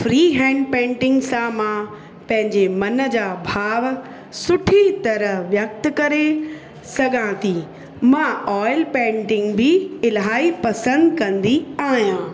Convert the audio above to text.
free hand painting सां मां पंहिंजे मन जा भाव सुठी तरह व्यक्त करे सघां थी मां ऑइल पैंटिंग बि इलाही पसंदि कंदी आहियां